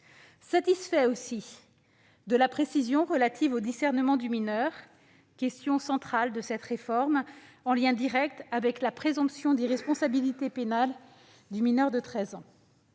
prochain ; de la précision apportée sur le discernement du mineur, question centrale de cette réforme, en lien direct avec la présomption d'irresponsabilité pénale du mineur de 13 ans